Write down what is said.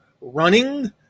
running